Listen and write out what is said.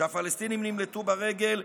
כשהפלסטינים נמלטו ברגל,